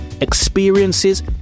experiences